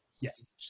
yes